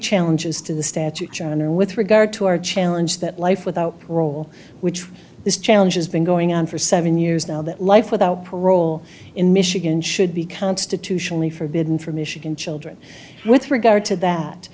challenges to the statute john are with regard to our challenge that life without parole which this challenge has been going on for seven years now that life without parole in michigan should be constitutionally forbidden for michigan children with regard to that